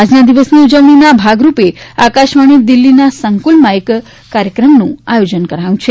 આજના દિવસની ઉજવણીના ભાગરૂપે આકાશવાણી દિલ્હીના સંકુલમાં એક કાર્યક્રમનું આયોજન કરાયું છે